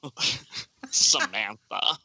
Samantha